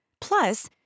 Plus